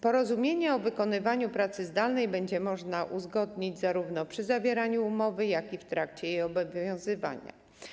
Porozumienie o wykonywaniu pracy zdalnej będzie można uzgodnić zarówno przy zawieraniu umowy, jak i w trakcie jej obowiązywania.